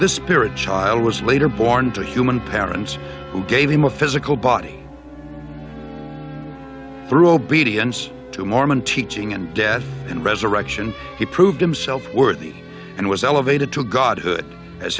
the spirit child was later born to human parents who gave him a physical body through obedience to mormon teaching and death and resurrection he proved himself worthy and was elevated to god